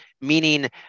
meaning